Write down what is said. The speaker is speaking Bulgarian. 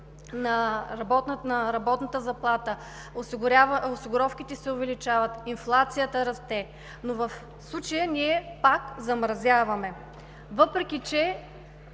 на работната заплата; осигуровките се увеличават, инфлацията расте, но в случая ние пак замразяваме, въпреки че